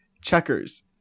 Checkers